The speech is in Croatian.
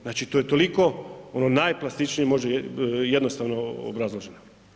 Znači to je toliko ono najplastičnije može jednostavno obrazloženo.